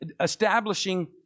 Establishing